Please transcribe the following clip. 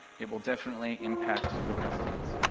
it will definitely impact your customers.